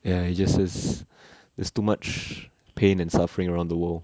ya he just says there's too much pain and suffering around the world